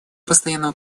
постоянного